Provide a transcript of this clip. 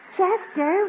Chester